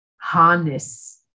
harness